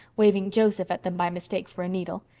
waving joseph at them by mistake for a needle.